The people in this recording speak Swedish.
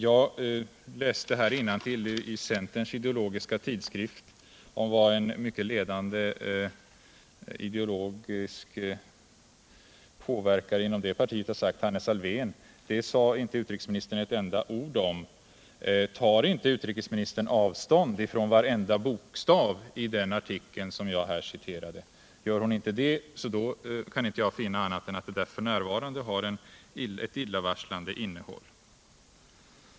Jag läste innantill i centerns ideologiska tidskrift vad en ledande ideologisk påverkare inom centern sagt, nämligen Hannes Alfvén. Utrikesministern sade inte ett ord om den saken. Tar inte utrikesministern avstånd från varenda bokstav i den artikel som jag citerade, kan jag inte finna annat än att det f.n. är illavarslande.